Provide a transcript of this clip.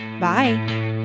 bye